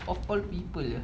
of all people ah